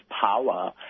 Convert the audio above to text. power